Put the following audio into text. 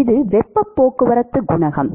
இது வெப்பப் போக்குவரத்துக் குணகம்